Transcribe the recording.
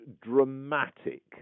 dramatic